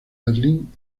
berlín